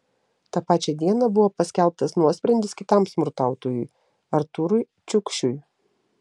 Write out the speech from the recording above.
tą pačią dieną buvo paskelbtas nuosprendis kitam smurtautojui artūrui čiukšiui